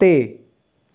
ਤੇ